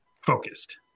focused